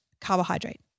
carbohydrate